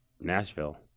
Nashville